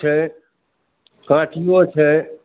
छै काँटियो छै